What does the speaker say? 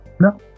No